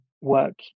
work